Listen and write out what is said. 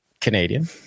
Canadian